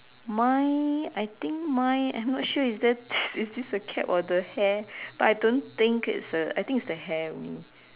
mine I think mine I'm not sure is there is this a cap or the hair but I don't think it's a I think it's the hair only